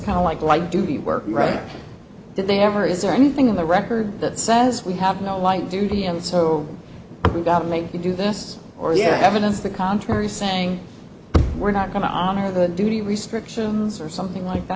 kind of like a light duty work right did they ever is there anything in the record that says we have no light duty and so we've got to make you do this or your evidence the contrary saying we're not going to honor the duty restrictions or something like that